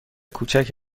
کوچک